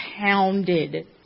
pounded